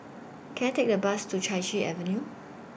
Can I Take A Bus to Chai Chee Avenue